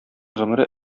гомере